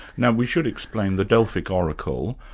now we should explain the delphic oracle,